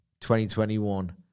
2021